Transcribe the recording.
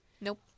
Nope